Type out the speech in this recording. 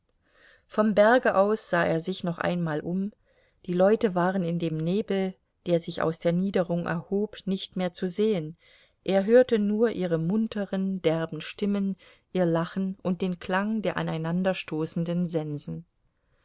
vom berge aus sah er sich noch einmal um die leute waren in dem nebel der sich aus der niederung erhob nicht mehr zu sehen er hörte nur ihre munteren derben stimmen ihr lachen und den klang der aneinanderstoßenden sensen